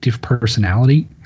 personality